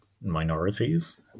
minorities